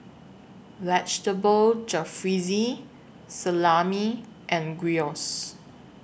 Vegetable Jalfrezi Salami and Gyros